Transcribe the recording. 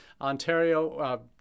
Ontario